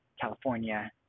California